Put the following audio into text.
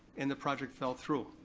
and the project fell through.